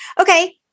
Okay